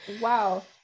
Wow